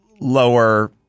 lower